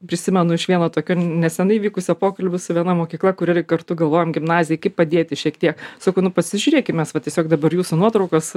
prisimenu iš vieno tokio nesenai vykusio pokalbio su viena mokykla kur irgi kartu galvojom gimnazijai kaip padėti šiek tiek sakau nu pasižiūrėkim mes va tiesiog dabar jūsų nuotraukas